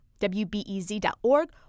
wbez.org